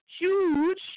huge